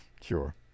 Sure